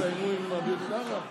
אחרי שיסיימו עם אביר קארה?